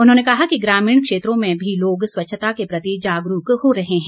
उन्होंने कहा कि ग्रामीण क्षेत्रों में भी लोग स्वच्छता के प्रति जागरूक हो रहे हैं